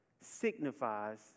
signifies